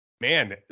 Man